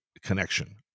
connection